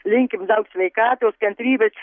linkim daug sveikatos kantrybės